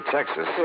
Texas